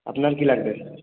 আপনার কি লাগবে